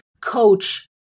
coach